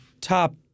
Top